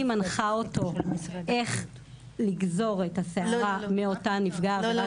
היא מנחה אותו איך לגזור את השערה מאותה נפגעת --- לא,